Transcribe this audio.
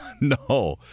no